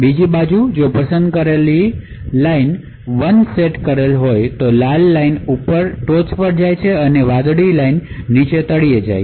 બીજી બાજુ જો પસંદ કરેલી રેખા 1 પર સેટ કરેલી છે તો તે લાલ રેખા છે જે ટોચ પર છે અને વાદળી રેખા જે તળિયે છે